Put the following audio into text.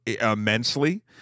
immensely